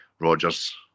Rogers